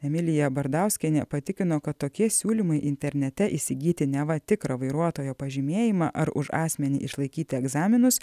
emilija bardauskienė patikino kad tokie siūlymai internete įsigyti neva tikrą vairuotojo pažymėjimą ar už asmenį išlaikyti egzaminus